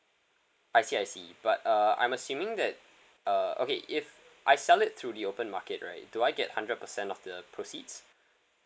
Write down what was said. I see I see but uh I'm assuming that uh okay if I sell it through the open market right do I get hundred percent of the proceeds